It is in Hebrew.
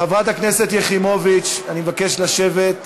חברת הכנסת יחימוביץ, אני מבקש לשבת.